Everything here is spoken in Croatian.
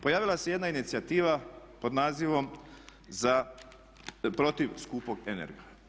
Pojavila se jedna inicijativa pod nazivom protiv skupog Energa.